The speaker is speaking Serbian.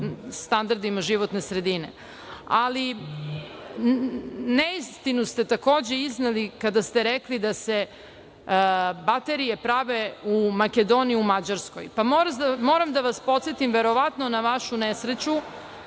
standardima životne sredine. Neistinu ste takođe izneli kada ste rekli da se baterije prave u Makedoniji i u Mađarskoj. Moram da vas podsetim, verovatno na vašu nesreću,